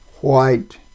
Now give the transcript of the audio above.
white